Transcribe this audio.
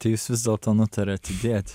tai jūs vis dėlto nutarėt įdėt